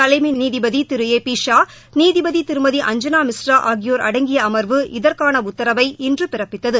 தலைமை நீதிபதி திரு ஏ பி ஷா நீதிபதி திருமதி அஞ்சனா மிஸ்ரா ஆகியோர் அடங்கிய அம்வு இதற்கான உத்தரவை இன்று பிறப்பித்தது